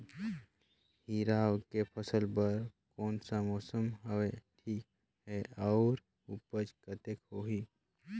हिरवा के फसल बर कोन सा मौसम हवे ठीक हे अउर ऊपज कतेक होही?